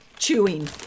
Chewing